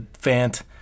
Fant